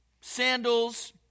sandals